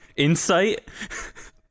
insight